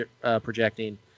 projecting